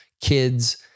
kids